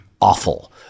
awful